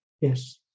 yes